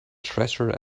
treasure